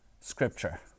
Scripture